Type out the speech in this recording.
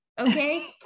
Okay